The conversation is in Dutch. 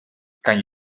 kan